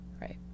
Right